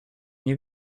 nie